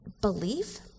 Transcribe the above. belief